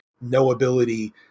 no-ability